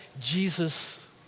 Jesus